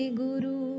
guru